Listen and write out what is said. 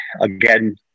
again